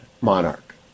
monarch